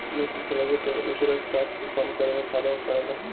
मूंगफली के तेल उच्च रक्त चाप के कम करे में फायदा करेला